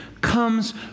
comes